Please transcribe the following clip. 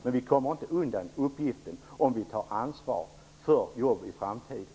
Men vi kommer inte undan uppgiften om vi tar ansvar för jobb i framtiden.